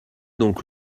donc